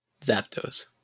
Zapdos